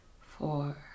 four